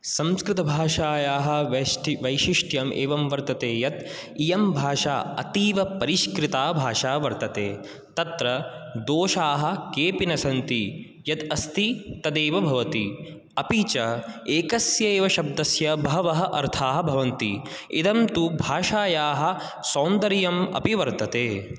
संस्कृतभाषायाः वैष्टि वैशिष्ट्यम् एवं वर्तते यत् इयं भाषा अतीवपरिष्कृता भाषा वर्तते तत्र दोषाः केऽपि न सन्ति यत् अस्ति तदैव भवति अपि च एकस्यैव शब्दस्य बहवः अर्थाः भवन्ति इदं तु भाषायाः सौन्दर्यम् अपि वर्तते